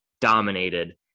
dominated